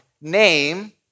name